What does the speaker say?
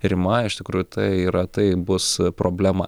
rima iš tikrųjų tai yra tai bus problema